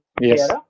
Yes